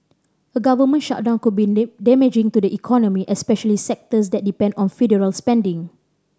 a government shutdown could be damaging to the economy especially sectors that depend on federal spending